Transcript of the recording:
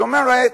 היא אומרת: